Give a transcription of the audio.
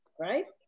Right